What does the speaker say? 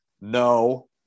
No